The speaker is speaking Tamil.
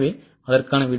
எனவே 200000